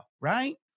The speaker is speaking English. right